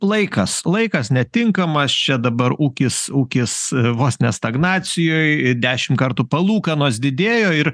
laikas laikas netinkamas čia dabar ūkis ūkis vos ne stagnacijoj dešim kartų palūkanos didėjo ir